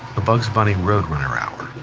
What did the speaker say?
the bugs bunny road runner hour,